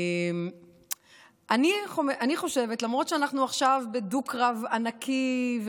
אני חושבת שלמרות שאנחנו עכשיו בדו-קרב ענקי,